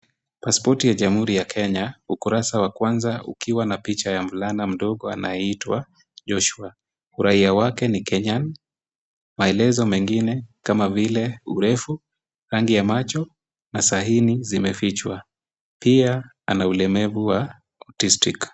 Pasipoti ya jamhuri ya kenya, ukurasa wa kwanza ukiwa na picha ya mvulana mdogo anayeitwa Joshua. Uraia wake ni Kenyan , maelezo mengine kama vile urefu, rangi ya macho na sahini zimefichwa. Pia ana ulemavu wa Autistic.